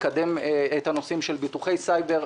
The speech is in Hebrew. לקדם את הנושאים של ביטוחי סייבר,